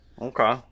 Okay